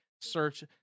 search